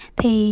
Thì